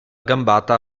gambata